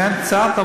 זה כן סותר קצת,